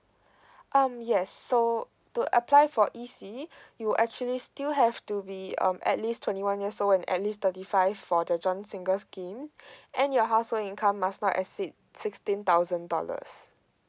um yes so to apply for E C you will actually still have to be um at least twenty one years old and at least thirty five for the joint single scheme and your household income must not exceed sixteen thousand dollars